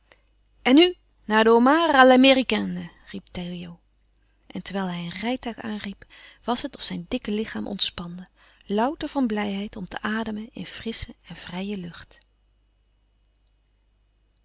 en terwijl hij een rijtuig aanriep was het of zijn dikke lichaam ontspande louter van blijheid om te ademen in frissche en vrije lucht